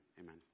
amen